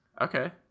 Okay